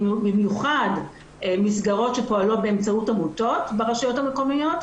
במיוחד מסגרות שפועלות באמצעות עמותות ברשויות המקומיות,